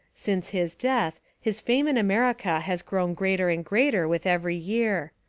since his death, his fame in america has grown greater and greater with every year.